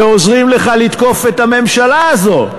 ועוזרים לך לתקוף את הממשלה הזאת.